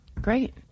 Great